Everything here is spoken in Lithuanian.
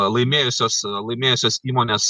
laimėjusios laimėjusios įmonės